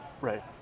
Right